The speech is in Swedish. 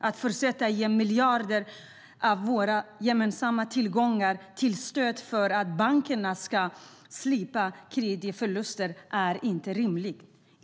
Att fortsätta ge miljarder av våra gemensamma tillgångar i stöd för att bankerna ska slippa kreditförluster är inte rimligt.